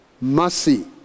mercy